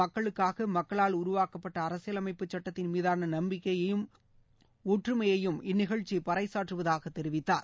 மக்களுக்காக மக்களால் உருவாக்கப்பட்ட அரசியலமைப்பு சட்டத்தின் மீதான நம்பிக்கையையும் ஒற்றுமையையும் இந்நிகழ்ச்சி பறைசாற்றுவதாக தெரிவித்தார்